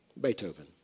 Beethoven